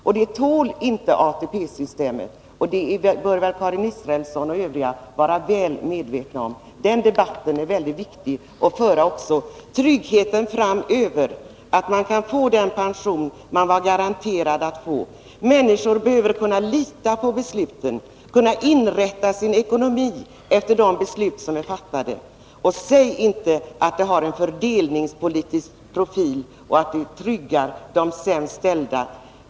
Sådant tål inte ATP-systemet, och det bör Karin Israelsson och övriga vara väl medvetna om. Den debatten är också väldigt viktig att föra — tryggheten framöver, att man kan få den pension man var garanterad att få. Människor behöver kunna lita på och inrätta sin ekonomi efter de beslut som är fattade. Säg inte att beslutet har en fördelningspolitisk profil eller att det tryggar de sämst ställda!